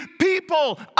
people